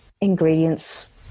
ingredients